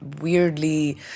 weirdly